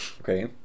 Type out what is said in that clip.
Okay